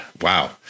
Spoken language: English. wow